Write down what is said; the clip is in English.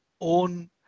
own